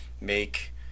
make